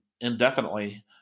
indefinitely